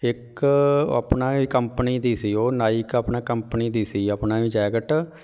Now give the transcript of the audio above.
ਇੱਕ ਆਪਣਾ ਕੰਪਨੀ ਦੀ ਸੀ ਉਹ ਨਾਈਕ ਆਪਣਾ ਕੰਪਨੀ ਦੀ ਸੀ ਆਪਣਾ ਵੀ ਜੈਕਟ